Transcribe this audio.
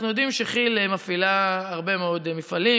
אנחנו יודעים שכיל מפעילה הרבה מאוד מפעלים,